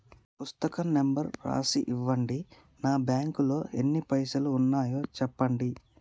పుస్తకం నెంబరు రాసి ఇవ్వండి? నా బ్యాంకు లో ఎన్ని పైసలు ఉన్నాయో చెప్పండి?